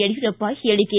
ಯಡಿಯೂರಪ್ಪ ಹೇಳಿಕೆ